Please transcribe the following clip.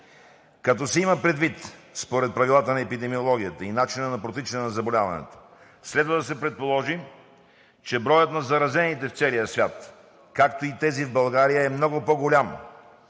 Като се има предвид според правилата на епидемиологията и начина на протичане на заболяването, следва да се предположи, че броят на заразените в целия сват, както и тези в България, е много по-голям,